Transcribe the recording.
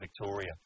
Victoria